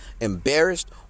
embarrassed